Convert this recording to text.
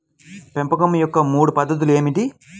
పెంపకం యొక్క మూడు పద్ధతులు ఏమిటీ?